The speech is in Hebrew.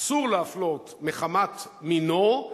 אסור להפלות מחמת מינו,